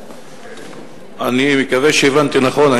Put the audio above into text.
אני מקווה שהבנתי נכון.